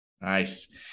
Nice